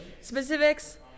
Specifics